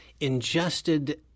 ingested